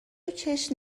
چشم